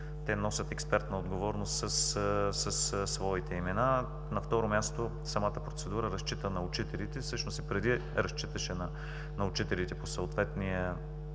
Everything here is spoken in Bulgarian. те носят експертна отговорност със своите имена. На второ място, самата процедура разчита на учителите. Всъщност и преди разчиташе на учителите по съответния